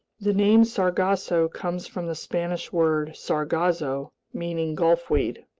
the name sargasso comes from the spanish word sargazo, meaning gulfweed.